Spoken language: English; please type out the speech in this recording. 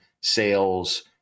sales